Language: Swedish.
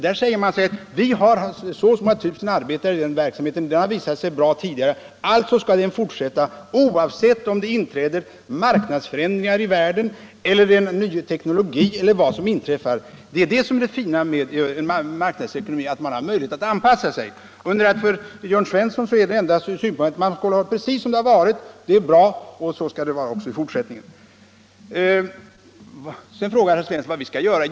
Där säger man: Vi har så och så många tusen arbetare i den verksamheten och det har visat sig bra tidigare. Alltså skall detta fortsätta oavsett om det inträder marknadsförändringar i världen eller om det kommer en ny teknologi eller vad det nu kan vara. Det fina med marknadsekonomin är att man har möjligheter att anpassa sig. För Jörn Svensson gäller endast den synpunkten att man skall ha det precis som förut, det är bra och så skall det vara i fortsättningen. Herr Svensson frågar sedan vad vi skall göra.